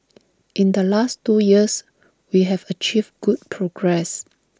in the last two years we have achieved good progress